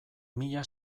mila